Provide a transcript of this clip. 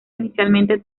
inicialmente